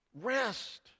rest